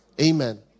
Amen